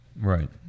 Right